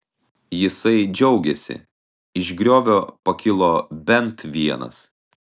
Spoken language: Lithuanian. jisai džiaugėsi iš griovio pakilo bent vienas